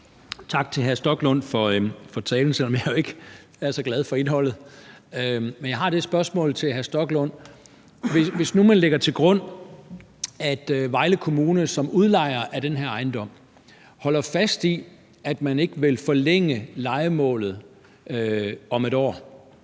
Tak til hr. Rasmus Stoklund for talen, selv om jeg jo ikke er så glad for indholdet. Men jeg har et spørgsmål til hr. Rasmus Stoklund. Hvis vi nu lægger til grund, at Vejle Kommune som udlejer af den her ejendom holder fast i, at man ikke vil forlænge lejemålet om et år,